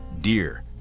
deer